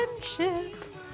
friendship